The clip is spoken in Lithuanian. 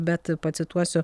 bet pacituosiu